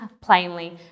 plainly